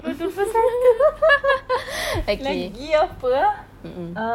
okay mm mm